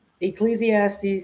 Ecclesiastes